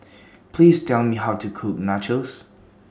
Please Tell Me How to Cook Nachos